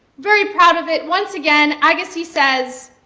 very proud of it. once again, agassiz says,